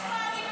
יש פה אלימות.